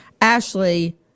ashley